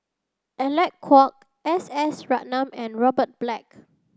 Alec Kuok S S Ratnam and Robert Black